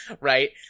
Right